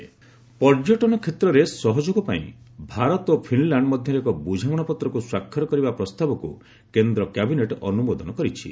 India Finland ପର୍ଯ୍ୟଟନ କ୍ଷେତ୍ରରେ ସହଯୋଗ ପାଇଁ ଭାରତ ଓ ଫିନ୍ଲ୍ୟାଣ୍ଡ ମଧ୍ୟରେ ଏକ ବୁଝାମଣାପତ୍ରକୁ ସ୍ୱାକ୍ଷର କରିବା ପ୍ରସ୍ତାବକୁ କେନ୍ଦ୍ର କ୍ୟାବିନେଟ୍ ଅନୁମୋଦନ କରିଛି